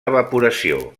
evaporació